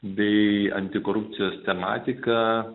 bei antikorupcijos tematika